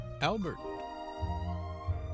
Albert